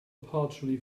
partially